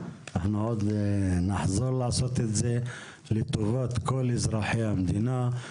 אנחנו עוד נחזור לעשות זאת לטובת כל אזרחי המדינה.